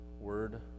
word